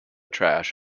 trash